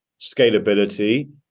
scalability